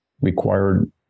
required